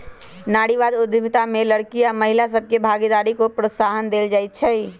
नारीवाद उद्यमिता में लइरकि आऽ महिला सभके भागीदारी को प्रोत्साहन देल जाइ छइ